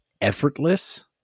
effortless